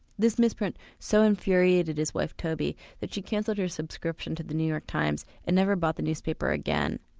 this misprint so infuriated his wife tobi that she cancelled her subscription to the new york times and never bought the newspaper again.